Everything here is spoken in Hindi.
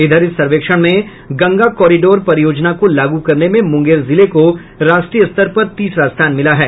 इधर इस सर्वेक्षण में गंगा कोरिडोर परियोजना को लागू करने में मुंगेर जिले को राष्ट्रीय स्तर पर तीसरा स्थान मिला है